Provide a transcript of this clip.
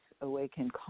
awakened